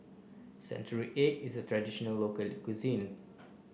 Century Egg is a traditional local cuisine